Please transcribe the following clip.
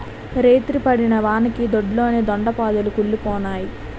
రేతిరి పడిన వానకి దొడ్లోని దొండ పాదులు కుల్లిపోనాయి